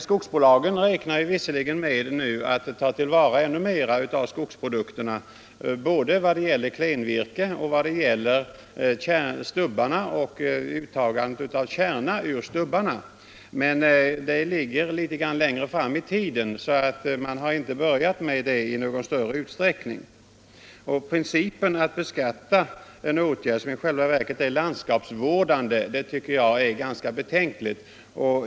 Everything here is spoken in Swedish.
Skogsbolagen räknar visserligen med att nu ta till vara ännu mera av skogsprodukterna — klenvirke, stubbar och kärna som tas ut ur stub barna. Men det ligger litet längre fram i tiden, och man har inte börjat med det i någon större utsträckning. Principen att beskatta en åtgärd som i själva verket är landskapsvårdande tycker jag är ganska betänklig.